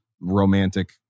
romantic